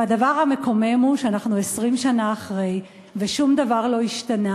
הדבר המקומם הוא שאנחנו 20 שנה אחרי ושום דבר לא השתנה.